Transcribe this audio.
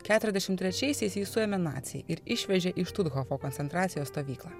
keturiadešim trečiaisiais jį suėmė naciai ir išvežė į štuthofo koncentracijos stovyklą